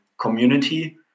community